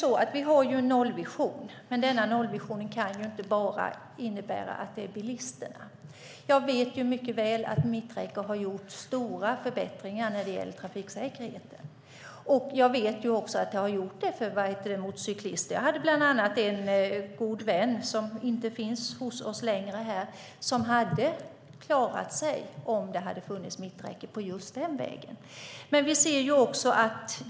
Vi har en nollvision, men denna nollvision kan inte gälla bara bilisterna. Jag vet mycket väl att mitträcke har inneburit stora förbättringar när det gäller trafiksäkerheten. Jag vet också att det har gjort det för motorcyklisterna. Jag hade bland annat en god vän - som inte finns hos oss längre - som hade klarat sig om det hade funnits mitträcke på den aktuella vägen.